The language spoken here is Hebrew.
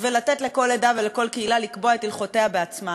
ולתת לכל עדה ולכל קהילה לקבוע את הלכותיה בעצמה,